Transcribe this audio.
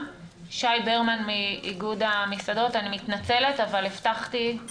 אני חושבת שכל אנשי הסטודיו וחדרי הכושר ישמחו ללכת במתווה